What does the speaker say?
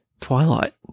Twilight